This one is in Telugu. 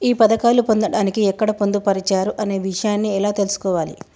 ఈ పథకాలు పొందడానికి ఎక్కడ పొందుపరిచారు అనే విషయాన్ని ఎలా తెలుసుకోవాలి?